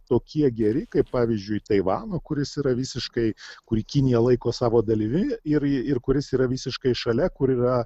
tokie geri kaip pavyzdžiui taivano kuris yra visiškai kurį kinija laiko savo dalimi ir ir kuris yra visiškai šalia kur yra